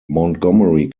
montgomery